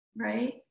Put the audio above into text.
right